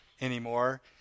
anymore